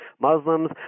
Muslims